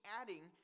adding